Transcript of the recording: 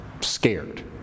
scared